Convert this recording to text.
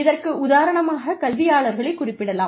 இதற்கு உதாரணமாக கல்வியாளர்களை குறிப்பிடலாம்